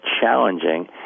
challenging